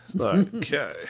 Okay